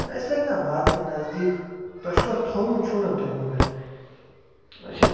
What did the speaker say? نہ أسۍ لٔگۍ نہ واتنہِ نذدیٖک تۄہہِ چھُوا تھوٚومُت چھُنہ تۄہہِ مگر اچھا